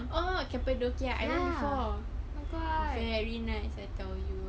oh cappadocia I went before very nice I tell you